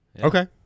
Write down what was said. okay